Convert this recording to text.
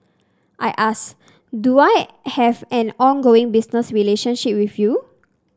I asked do I have an ongoing business relationship with you